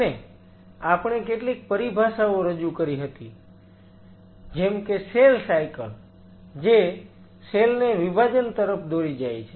અને આપણે કેટલીક પરિભાષાઓ રજૂ કરી હતી સેલ સાયકલ જે સેલ ને વિભાજન તરફ દોરી જાય છે